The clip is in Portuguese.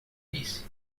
disse